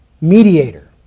mediator